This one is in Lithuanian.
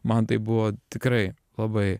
man tai buvo tikrai labai